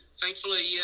thankfully